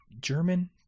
German